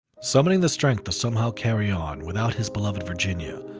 summoning the strength to somehow carry on without his beloved virginia,